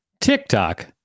TikTok